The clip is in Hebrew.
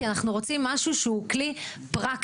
כי אנחנו רוצים משהו שהוא כלי פרקטי,